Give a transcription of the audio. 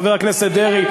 דרעי,